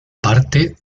parte